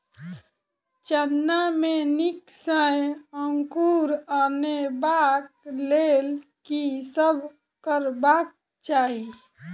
चना मे नीक सँ अंकुर अनेबाक लेल की सब करबाक चाहि?